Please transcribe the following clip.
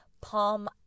palm